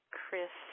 Chris